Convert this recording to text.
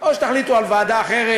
או שתחליטו על ועדה אחרת,